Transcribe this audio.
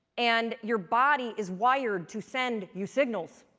and your body is wired to send you signals.